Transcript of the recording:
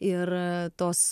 ir tos